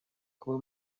kuba